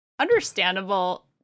understandable